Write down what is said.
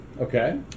Okay